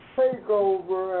takeover